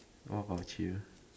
orh chill